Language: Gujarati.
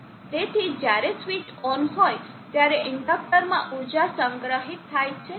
તેથી જ્યારે સ્વીચ ઓન હોય ત્યારે ઇન્ડક્ટરમાં ઊર્જા સંગ્રહિત થાય છે